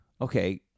Okay